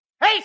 Hey